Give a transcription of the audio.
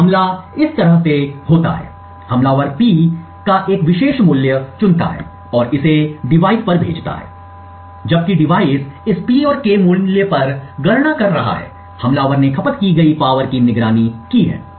तो हमला इस तरह से जाता है हमलावर P का एक विशेष मूल्य चुनता है और इसे डिवाइस पर भेजता है और जबकि डिवाइस इस P और K मूल्य पर गणना कर रहा है हमलावर ने खपत की गई शक्ति की निगरानी की है